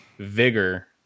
Vigor